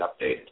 updated